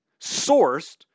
sourced